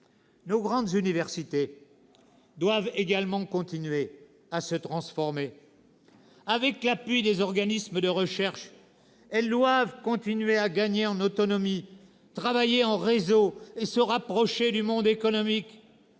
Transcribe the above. Nos grandes universités doivent également continuer à se transformer. « Avec l'appui des organismes de recherche, elles doivent continuer à gagner en autonomie, travailler en réseau et se rapprocher du monde économique.